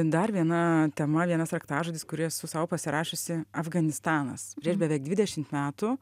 dar viena tema vienas raktažodis kuri esu sau pasirašiusi afganistanas prieš beveik dvidešimt metų